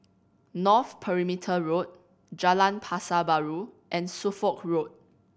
North Perimeter Road Jalan Pasar Baru and Suffolk Road